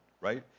right